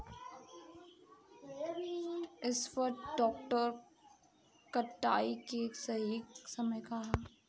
सॉफ्ट डॉ कटाई के सही समय का ह?